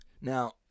now